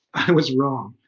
i was wrong,